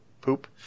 poop